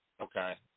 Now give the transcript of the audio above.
Okay